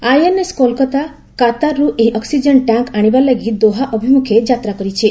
INS Kolkata କାତାରରୁ ଏହି oxygen tank ଆଶିବା ଲାଗି ଦୋହା ଅଭିମୁଖେ ଯାତ୍ରା କରିଛି